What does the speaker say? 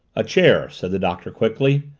a chair! said the doctor quickly.